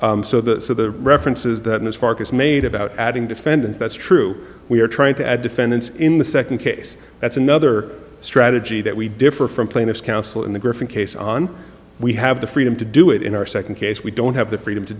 preference so the references that ms farkas made about adding defendants that's true we are trying to add defendants in the second case that's another strategy that we differ from plaintiff's counsel in the griffin case on we have the freedom to do it in our second case we don't have the freedom to